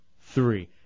three